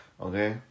okay